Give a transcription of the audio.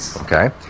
Okay